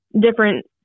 different